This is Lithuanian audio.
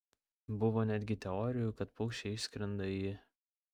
buvo netgi teorijų kad paukščiai išskrenda į